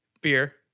Beer